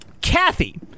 Kathy